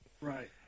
right